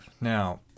now